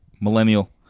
millennial